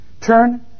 Turn